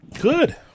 good